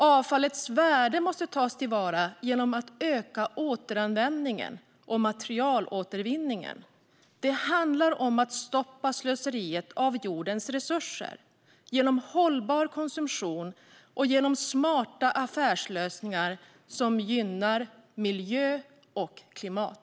Avfallets värde måste tas till vara genom ökad återanvändning och materialåtervinning. Det handlar om att stoppa slöseriet med jordens resurser genom hållbar konsumtion och smarta affärslösningar som gynnar miljö och klimat.